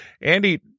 Andy